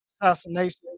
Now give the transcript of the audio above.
assassination